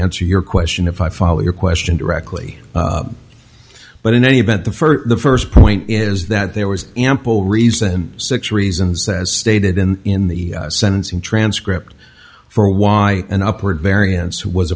dancer your question if i follow your question directly but in any event the first the first point is that there was ample reason six reasons as stated in in the sentencing transcript for why an upward variance w